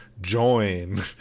join